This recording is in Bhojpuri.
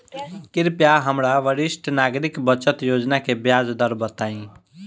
कृपया हमरा वरिष्ठ नागरिक बचत योजना के ब्याज दर बताई